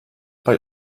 bei